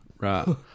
right